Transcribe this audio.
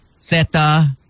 Theta